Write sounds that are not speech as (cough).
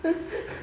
(laughs)